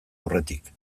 aurretik